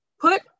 put